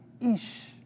Ish